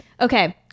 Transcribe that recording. Okay